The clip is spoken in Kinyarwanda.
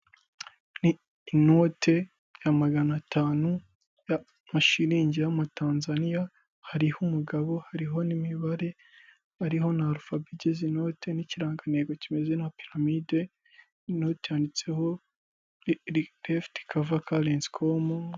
Ni inote ya magana atanu y'amashilingi y'Amatanzaniya, hariho umugabo, hariho n'imibare, hariho na arufabe igize inote, n'ikirangantego kimeze nka piramide, inote yanditseho : Refutova karensi doti komu,...